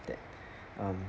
that um